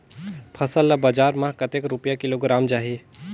फसल ला बजार मां कतेक रुपिया किलोग्राम जाही?